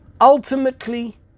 Ultimately